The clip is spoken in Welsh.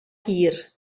hir